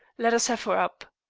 let us have her up.